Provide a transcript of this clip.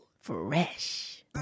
fresh